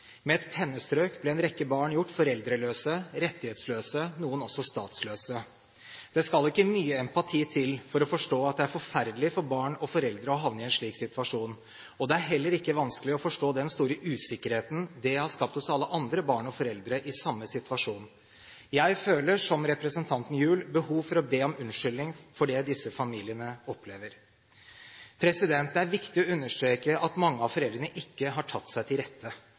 Med et pennestrøk ble en rekke barn gjort foreldreløse, rettighetsløse, noen også statsløse. Det skal ikke mye empati til for å forstå at det er forferdelig for barn og foreldre å havne i en slik situasjon. Det er heller ikke vanskelig å forstå den store usikkerheten det har skapt hos alle andre barn og foreldre i samme situasjon. Jeg føler, som representanten Gjul, behov for å be om unnskyldning for det disse familiene opplever. Det er viktig å understreke at mange av foreldrene ikke har tatt seg til rette.